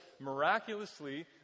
miraculously